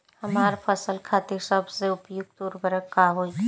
हमार फसल खातिर सबसे उपयुक्त उर्वरक का होई?